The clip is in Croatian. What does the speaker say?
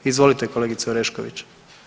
Izvolite kolegice Orešković.